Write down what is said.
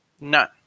None